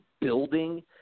building